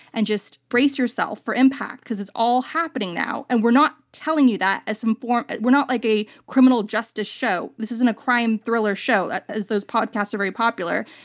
and just brace yourself for impact because it's all happening now. and we're not telling you that as some form. we're not like a criminal justice show. this isn't a crime thriller show. ah those podcasts are very popular.